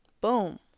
Boom